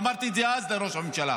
אמרתי את זה אז לראש הממשלה: